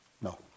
No